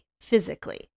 physically